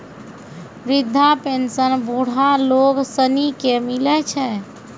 वृद्धा पेंशन बुढ़ा लोग सनी के मिलै छै